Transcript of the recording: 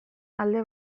alde